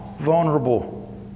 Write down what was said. vulnerable